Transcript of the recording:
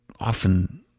often